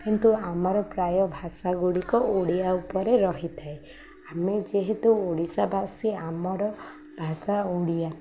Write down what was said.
କିନ୍ତୁ ଆମର ପ୍ରାୟ ଭାଷା ଗୁଡ଼ିକ ଓଡ଼ିଆ ଉପରେ ରହିଥାଏ ଆମେ ଯେହେତୁ ଓଡ଼ିଶାବାସୀ ଆମର ଭାଷା ଓଡ଼ିଆ